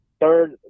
Third